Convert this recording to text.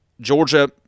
Georgia